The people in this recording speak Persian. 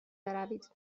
بروید